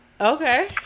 Okay